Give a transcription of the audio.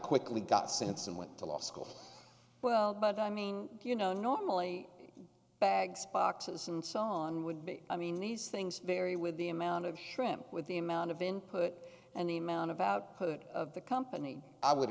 quickly got sense and went to law school well but i mean you know normally bags boxes and so on would be i mean these things vary with the amount of shrimp with the amount of input and the amount of output of the company i would